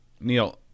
Neil